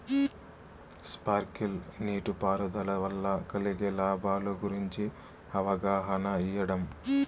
Sprinkle నీటిపారుదల వల్ల కలిగే లాభాల గురించి అవగాహన ఇయ్యడం?